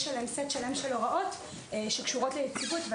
יש עליהן סט שלם של הוראות שקשורות ליציבות.